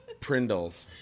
Prindles